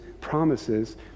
promises